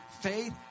faith